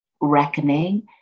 reckoning